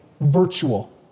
virtual